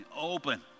open